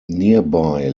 nearby